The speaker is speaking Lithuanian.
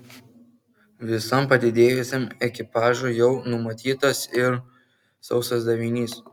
visam padidėjusiam ekipažui jau numatytas ir sausas davinys